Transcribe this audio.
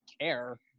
care